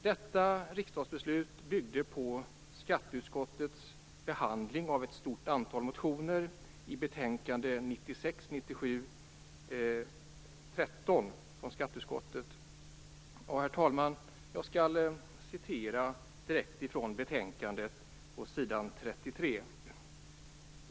Detta riksdagsbeslut byggde på skatteutskottets behandling av ett stort antal motioner i betänkande 1996/97:SkU13, och jag skall, herr talman, citera direkt från betänkandet på s.